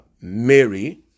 Mary